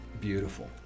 Beautiful